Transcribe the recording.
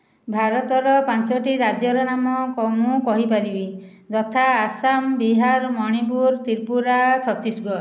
ଭାରତର ପାଞ୍ଚଟି ରାଜ୍ୟର ନାମ ମୁଁ କହିପାରିବି ଯଥା ଆସାମ ବିହାର ମଣିପୁର ତ୍ରିପୁରା ଛତିଶଗଡ଼